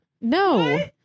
No